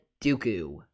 Dooku